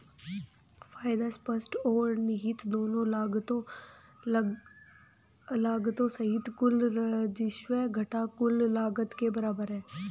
फायदा स्पष्ट और निहित दोनों लागतों सहित कुल राजस्व घटा कुल लागत के बराबर है